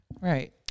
Right